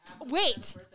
Wait